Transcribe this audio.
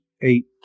eight